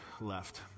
left